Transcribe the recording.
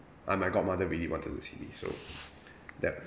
and my godmother really wanted to see me so that